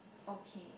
okay